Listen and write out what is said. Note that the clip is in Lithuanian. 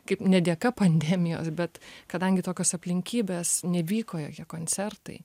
kaip ne dėka pandemijos bet kadangi tokios aplinkybės nevyko jokie koncertai